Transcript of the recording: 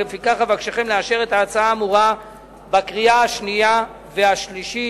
לפיכך אבקשכם לאשר את ההצעה האמורה בקריאה השנייה ובקריאה השלישית.